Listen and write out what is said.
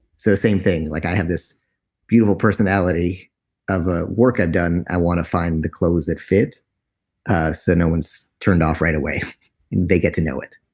so the same thing. like i have this beautiful personality of ah work i've done. i want to find the clothes that fit so no one's turned off right away and they get to know it,